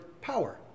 power